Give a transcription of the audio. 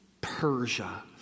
Persia